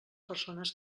persones